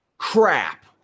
Crap